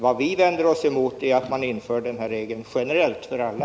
Vad vi vänder oss emot är att man inför'en regel som gäller generellt.